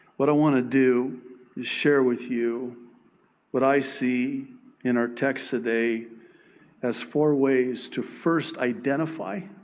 what i want to do is share with you what i see in our text today as four ways to first identify,